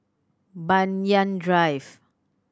Banyan Drive